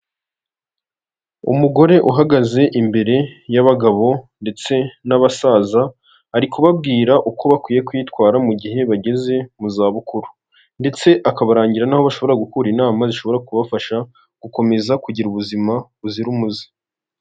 Umugore uhagaze imbere y'abagabo ndetse n'abasaza, ari kubabwira uko bakwiye kwitwara mu gihe bageze mu zabukuru. Ndetse akabarangira n'aho bashobora gukura inama zishobora kubafasha gukomeza kugira ubuzima buzira umuze.